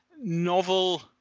novel